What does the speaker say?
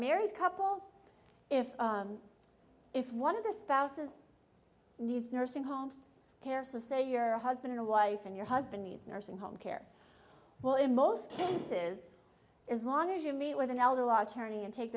married couple if if one of the spouses needs nursing homes care so say your husband or wife and your husband needs nursing home care well in most cases as long as you meet with an